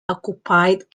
occupied